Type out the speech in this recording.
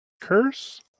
curse